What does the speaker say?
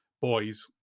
boys